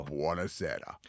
buonasera